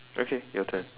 okay your turn